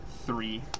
Three